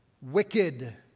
wicked